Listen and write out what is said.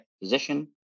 position